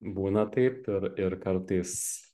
būna taip ir ir kartais